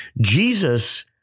Jesus